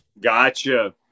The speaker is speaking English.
Gotcha